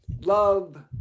love